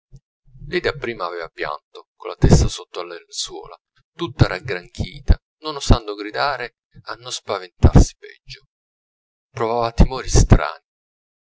lei dapprima avea pianto con la testa sotto alle lenzuola tutta raggranchita non osando gridare a non spaventarsi peggio provava timori strani